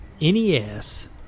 NES